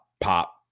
pop